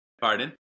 Pardon